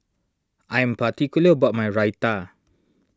I am particular about my Raita